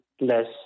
less